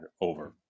over